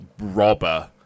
robber